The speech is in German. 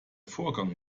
vorgang